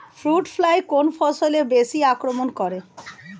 Fruit fly কোন ফসলে বেশি আক্রমন করে?